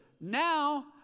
Now